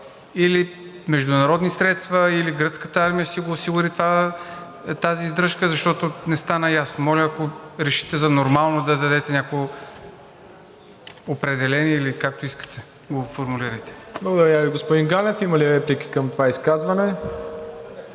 или международни средства, или Гръцката армия ще си осигури тази издръжка, защото не стана ясно? Моля, ако решите за нормално, да дадете някакво определение или както искате го формулирайте. ПРЕДСЕДАТЕЛ МИРОСЛАВ ИВАНОВ: Благодаря Ви, господин Ганев. Има ли реплики към това изказване?